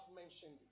mentioned